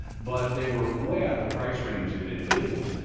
but they were wait out of the price range of individuals.